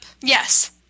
Yes